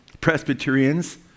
Presbyterians